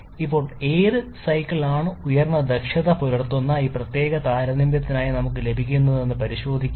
ഇപ്പോൾ ഏത് സൈക്കിളാണ് ഉയർന്ന ദക്ഷത പുലർത്തുന്ന ഈ പ്രത്യേക താരതമ്യത്തിനായി പരിശോധിക്കുക